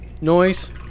noise